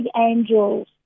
angels